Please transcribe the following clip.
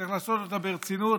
צריך לעשות אותה ברצינות,